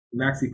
Maxi